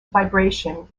vibration